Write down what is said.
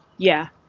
yeah.